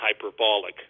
hyperbolic